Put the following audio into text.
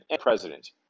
president